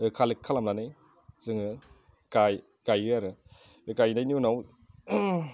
collect खालामनानै जोङो गायो आरो बे गायनायनि उनाव